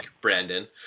brandon